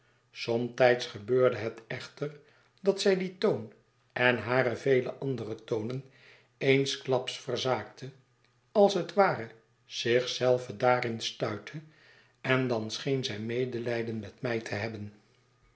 somtijds gebeurde het echter dat zij dien toon en hare vele andere tonen eensklaps verzaakte als het ware zich zelve daarin stuitte en dan scheen zij medelijden met mij te hebben